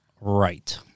right